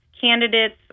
candidates